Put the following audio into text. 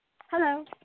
Hello